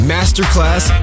Masterclass